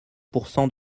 pourcent